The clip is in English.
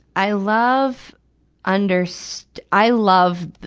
i love underst, i love,